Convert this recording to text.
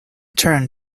turned